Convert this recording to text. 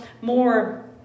more